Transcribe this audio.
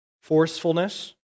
Forcefulness